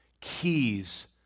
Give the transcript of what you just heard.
keys